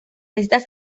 estas